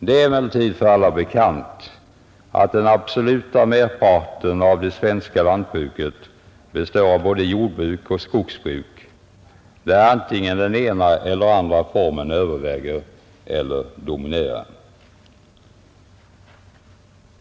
Det är emellertid för alla bekant att den absoluta merparten av det svenska lantbruket består av både jordbruk och skogsbruk, där antingen den ena eller den andra formen överväger eller dominerar.